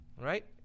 right